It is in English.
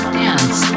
dance